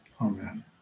amen